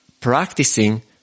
practicing